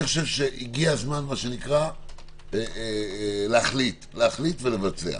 אני חושב שהגיע הזמן להחליט ולבצע.